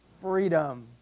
freedom